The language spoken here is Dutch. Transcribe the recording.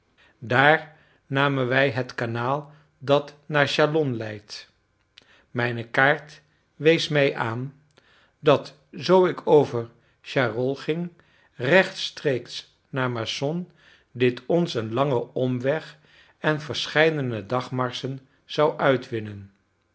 daar namen wij het kanaal dat naar châlon leidt mijne kaart wees mij aan dat zoo ik over charolles ging rechtstreeks naar macon dit ons een langen omweg en verscheidene dagmarschen zou uitwinnen